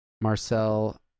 Marcel